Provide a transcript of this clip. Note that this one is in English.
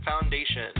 Foundation